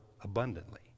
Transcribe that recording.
abundantly